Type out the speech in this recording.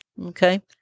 Okay